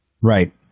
Right